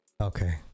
okay